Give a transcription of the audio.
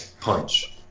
Punch